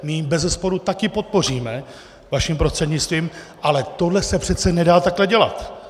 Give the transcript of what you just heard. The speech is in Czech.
My ji bezesporu také podpoříme, vaším prostřednictvím, ale tohle se přece nedá takhle dělat.